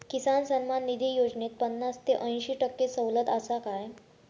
किसान सन्मान निधी योजनेत पन्नास ते अंयशी टक्के सवलत आसा काय?